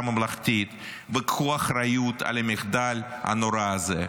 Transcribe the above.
ממלכתית וקחו אחריות על המחדל הנורא הזה.